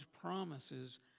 promises